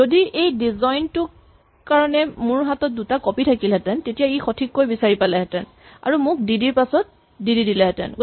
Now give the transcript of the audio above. যদি এই ডিচজইন্ট টোৰ কাৰণে মোৰ হাতত দুটা কপি থাকিলহেতেঁন তেতিয়া ই সঠিককৈ বিচাৰি পালেহেতেঁন আৰু মোক ডিডি ৰ পাছত ডিডি দিলেহেঁতেন